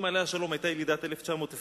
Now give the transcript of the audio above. אמא עליה השלום היתה ילידת 1926,